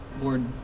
Lord